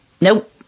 nope